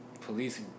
police